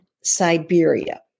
Siberia